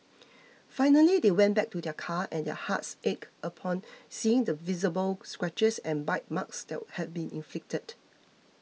finally they went back to their car and their hearts ached upon seeing the visible scratches and bite marks that had been inflicted